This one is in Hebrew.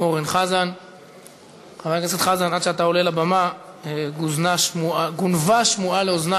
עבדאללה אבו מערוף,